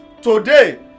Today